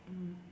mm